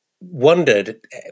wondered